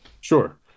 Sure